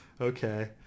Okay